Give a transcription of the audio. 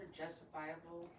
justifiable